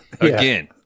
Again